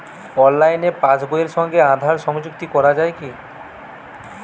অনলাইনে পাশ বইয়ের সঙ্গে আধার সংযুক্তি করা যায় কি?